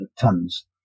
tons